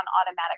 automatic